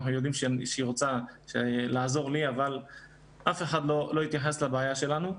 אנחנו יודעים שהיא רוצה לעזור לי אבל אף אחד לא התייחס לבעיה שלנו.